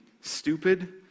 stupid